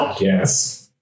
Yes